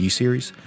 series